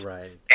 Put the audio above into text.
Right